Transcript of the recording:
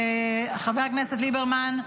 חבר הכנסת ליברמן,